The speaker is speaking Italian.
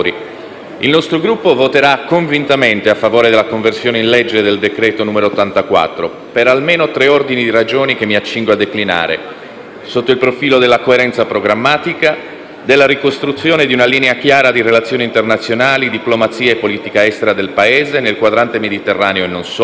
il nostro Gruppo voterà convintamente a favore della conversione in legge del decreto-legge n. 84 del 2018 per almeno tre ordini di ragioni che mi accingo a declinare: sotto il profilo della coerenza programmatica, della ricostruzione di una linea chiara di relazioni internazionali, diplomazia e politica estera del Paese nel quadrante Mediterraneo e non solo,